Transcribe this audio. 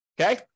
Okay